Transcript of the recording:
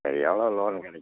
எவ்வளோ லோன் கிடைக்கும்